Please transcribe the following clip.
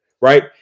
right